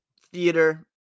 theater